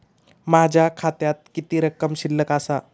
माझ्या खात्यात किती रक्कम शिल्लक आसा?